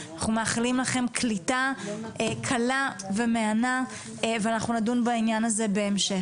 אנחנו מאחלים לכם קליטה קלה ומהנה ואנחנו נדון בזה בהמשך.